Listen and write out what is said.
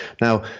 Now